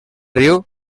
riu